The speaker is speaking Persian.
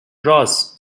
راس